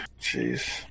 Jeez